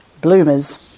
bloomers